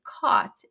caught